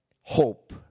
hope